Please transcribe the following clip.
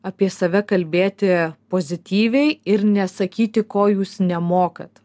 apie save kalbėti pozityviai ir nesakyti ko jūs nemokat